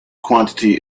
quantity